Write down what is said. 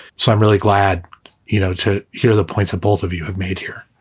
so i'm really glad you know to hear the points of both of you have made here